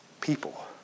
people